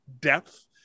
depth